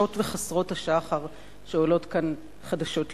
וחסרות השחר שעולות כאן חדשות לבקרים.